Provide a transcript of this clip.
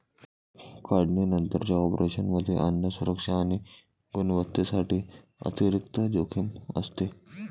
काढणीनंतरच्या ऑपरेशनमध्ये अन्न सुरक्षा आणि गुणवत्तेसाठी अतिरिक्त जोखीम असते